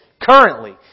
currently